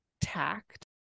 tact